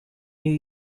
new